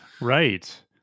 Right